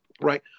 Right